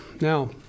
Now